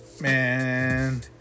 Man